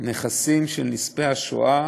נכסים של נספי השואה